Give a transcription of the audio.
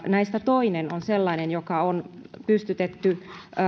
näistä toinen on sellainen joka on pystytetty